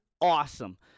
awesome